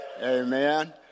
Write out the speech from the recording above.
Amen